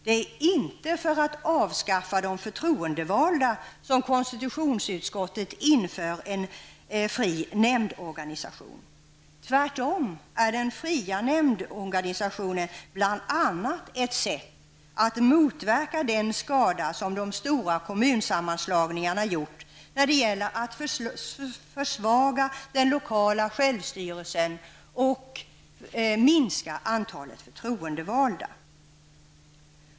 Det är inte för att avskaffa de förtroendevalda som konstitutionsutskottet inför en fri nämndorganisation. Tvärtom är den fria nämndorganisationen bl.a. ett sätt att motverka den skada som de stora kommunsammanslagningarna medfört när det gäller att försvaga den lokala självstyrelsen och minska antalet förtroendevalda.